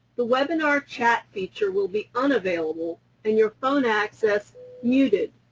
the webinar chat feature will be unavailable and your phone access muted,